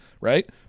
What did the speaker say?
right